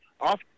off